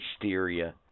hysteria